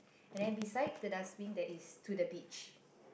and then beside the dustbin that is to the beach